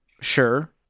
Sure